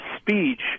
speech